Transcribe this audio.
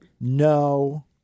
No